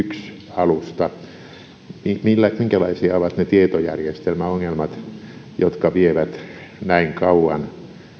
alusta minkälaisia ovat ne tietojärjestelmäongelmat jotka vievät näin kauan